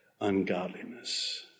ungodliness